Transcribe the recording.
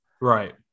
Right